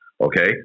Okay